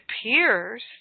appears